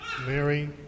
Mary